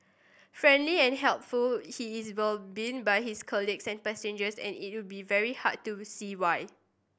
friendly and helpful he is well been by his colleagues and passengers and it'll be very hard to see why